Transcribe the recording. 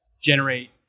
generate